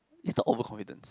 is the over confidence